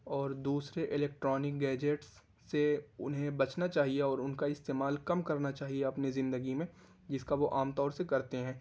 اور دوسرے electronic gadgets سے انہیں بچنا چاہیے اور ان کا استعمال کم کرنا چاہیے اپنی زندگی میں جس کا وہ عام طور سے کرتے ہیں